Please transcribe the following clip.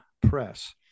Press